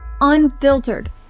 unfiltered